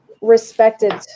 respected